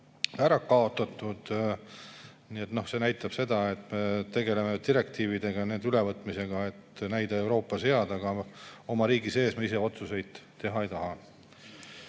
ära kaotatud. See näitab seda, et me tegeleme direktiividega ja nende ülevõtmisega, et näida Euroopas head, aga oma riigi sees me ise otsuseid teha ei taha.